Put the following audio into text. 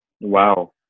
wow